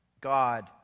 God